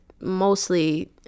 mostly